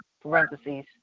parentheses